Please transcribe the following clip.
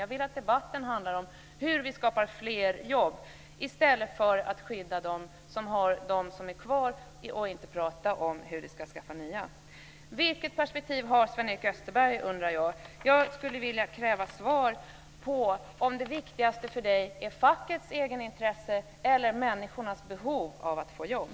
Jag vill att debatten ska handla om hur vi skapar fler jobb i stället för hur vi ska skydda dem som är kvar och i stället för att vi inte pratar om hur vi ska skaffa nya. Vilket perspektiv har Sven-Erik Österberg? Jag kräver svar på frågan om det viktigaste för Sven-Erik Österberg är fackets egenintresse eller människornas behov av att få jobb.